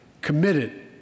committed